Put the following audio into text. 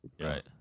Right